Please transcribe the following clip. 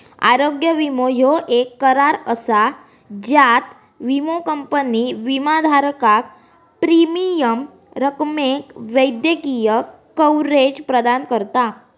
आरोग्य विमो ह्यो येक करार असा ज्यात विमो कंपनी विमाधारकाक प्रीमियम रकमेक वैद्यकीय कव्हरेज प्रदान करता